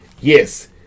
Yes